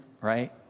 right